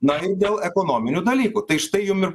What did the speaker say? na ir dėl ekonominių dalykų tai štai jum ir